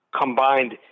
combined